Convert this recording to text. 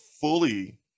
fully